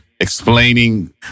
explaining